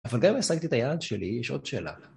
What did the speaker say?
אבל גם אם השגתי את היעד שלי יש עוד שאלה